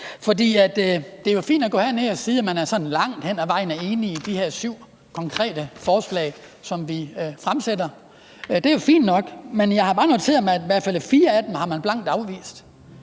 det er jo fint at gå herned at sige, at man sådan langt hen ad vejen er enig i de her syv konkrete forslag, som vi kommer med – det er jo fint nok. Men jeg har bare noteret mig, at man blankt har afvist